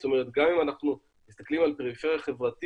זאת אומרת גם אם אנחנו מסתכלים על פריפריה חברתית